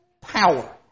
power